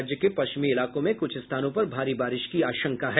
राज्य के पश्चिमी इलाकों में कुछ स्थानों पर भारी बारिश की आशंका है